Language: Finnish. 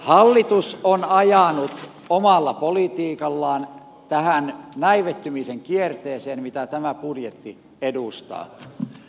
hallitus on ajanut omalla politiikallaan tähän näivettymisen kierteeseen mitä tämä budjetti edustaa